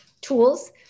tools